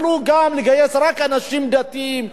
היו יכולים לגייס רק אנשים דתיים,